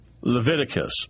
Leviticus